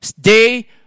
day